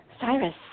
cyrus